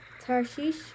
Tarshish